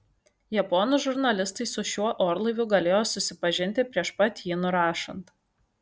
japonų žurnalistai su šiuo orlaiviu galėjo susipažinti prieš pat jį nurašant